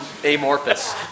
Amorphous